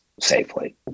safely